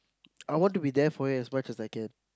I want to be there for you as much as I can